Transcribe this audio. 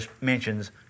mentions